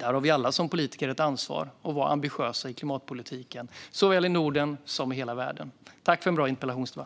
Här har vi alla som politiker ett ansvar för att vara ambitiösa i klimatpolitiken, såväl i Norden som i hela världen. Tack för en bra interpellationsdebatt!